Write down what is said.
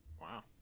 Wow